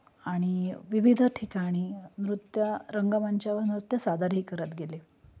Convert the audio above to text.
आणि विविध ठिकाणी नृत्य रंगमंचावर नृत्य सादरही करत गेले